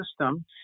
system